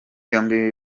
yombi